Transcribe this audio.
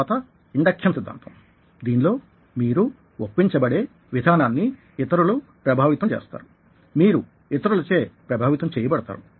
తర్వాత ఇన్డక్షన్ సిద్దాంతం దీని లో మీరు ఒప్పించబడే విధానాన్ని ఇతరులు ప్రభావితం చేస్తారు మీరు ఇతరులచే ప్రభావితం చేయబడతారు